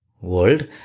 world